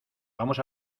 vamos